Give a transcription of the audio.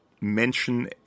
mention